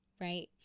right